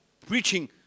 preaching